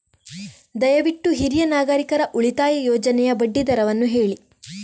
ದಯವಿಟ್ಟು ಹಿರಿಯ ನಾಗರಿಕರ ಉಳಿತಾಯ ಯೋಜನೆಯ ಬಡ್ಡಿ ದರವನ್ನು ಹೇಳಿ